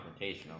confrontational